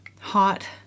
Hot